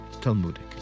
Talmudic